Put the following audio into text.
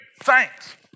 Thanks